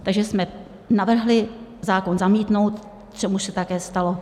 Takže jsme navrhli zákon zamítnout, což se také stalo.